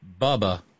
Bubba